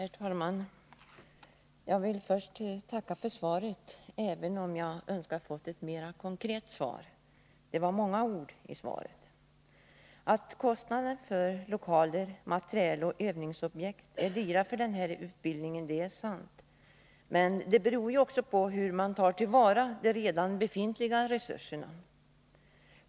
Herr talman! Jag vill först tacka för svaret, även om jag hade önskat att jag hade fått ett mera konkret svar. Det var många ord i svaret. Att kostnaderna för lokaler, materiel och övningsobjekt är höga för denna utbildning är sant, men de påverkas också av hur man tar till vara de redan befintliga resurserna.